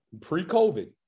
pre-COVID